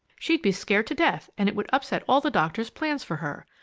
she'd be scared to death and it would upset all the doctor's plans for her.